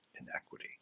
inequity